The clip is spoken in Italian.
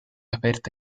aperta